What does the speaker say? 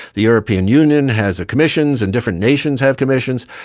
the european union has commissions and different nations have commissions.